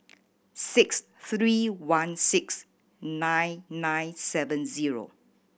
six three one six nine nine seven zero